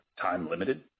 time-limited